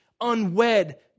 unwed